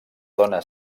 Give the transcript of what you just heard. dona